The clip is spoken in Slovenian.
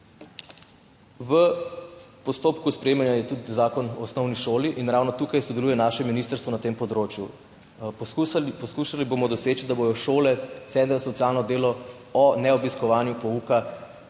V postopku sprejemanja je tudi Zakon o osnovni šoli in ravno tukaj sodeluje naše ministrstvo na tem področju. Poskušali bomo doseči, da bodo šole centre za socialno delo o neobiskovanju pouka